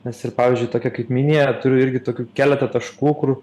nes ir pavyzdžiui tokia kaip minija turiu irgi tokių keletą taškų kur